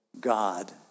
God